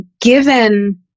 given